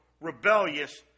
rebellious